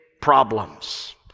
problems